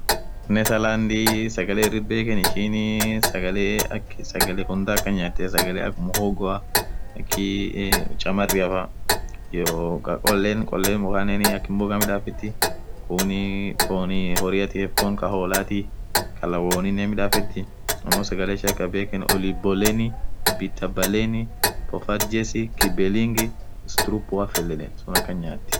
Nerthaland sagale ishin irthi bekhen ishinii sagale akaa sagale hudhaa akhan nyati sagale muhogo akhii chamariafaa iyoo Kaa kholen kholen mukhaaa akhii mboga midhafethi khunii fonn horiathi akaa fonn Kaa holathi kaaa lawonine hinmidhafethi ammo sagale ishia tha bekhen liboleni pitabaleni okajesi kibeling struthwafel yedheni suun akhan nyati